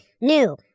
new